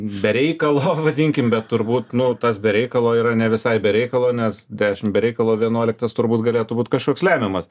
be reikalo vadinkim bet turbūt nu tas be reikalo yra ne visai be reikalo nes dešim be reikalo vienuoliktas turbūt galėtų būt kažkoks lemiamas